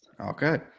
Okay